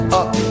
up